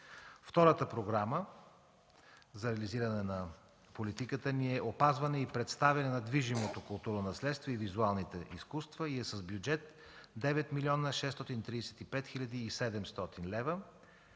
Втората програма за реализиране на политиката ни е „Опазване и представяне на движимото културно наследство и визуалните изкуства” – с бюджет 9 млн. 635 хил. 700 лв.